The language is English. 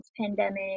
pandemic